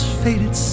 faded